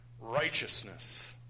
righteousness